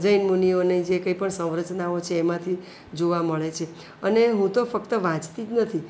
જૈન મુનીઓને કે જે કંઈ પણ સંરચનાઓ છે એમાંથી જોવા મળે છે અને હું તો ફક્ત વાંચતી જ નથી